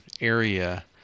area